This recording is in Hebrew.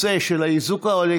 יושב-ראש ועדת הכלכלה איננו.